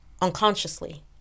Unconsciously